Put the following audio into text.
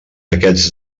aquests